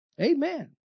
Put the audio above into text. Amen